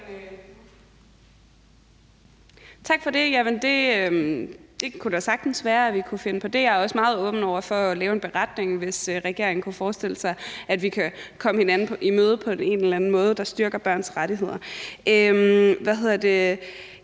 Tak for det. Det kunne da sagtens være, at vi kunne finde på det, og jeg er også meget åben over for at lave en beretning, hvis regeringen kunne forestille sig, at vi kan komme hinanden i møde på en eller anden måde, der styrker børns rettigheder. Men det